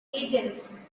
agents